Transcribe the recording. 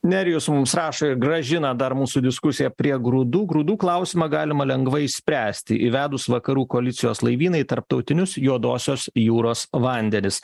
nerijus mums rašo ir grąžina dar mūsų diskusiją prie grūdų grūdų klausimą galima lengvai išspręsti įvedus vakarų koalicijos laivynai tarptautinius juodosios jūros vandenis